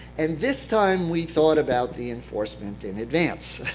and this time we thought about the enforcement in advance.